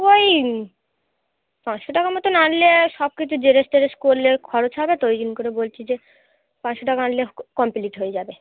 ওই পাঁচশো টাকা মতোন আনলে সব কিছু জেরক্স টেরক্স করলে খরচ হবে তো ওই করে বলছি যে পাঁচশো টাকা আনলে ক কমপ্লিট হয়ে যাবে